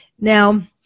Now